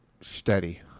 Steady